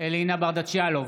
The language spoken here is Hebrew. אלינה ברדץ' יאלוב,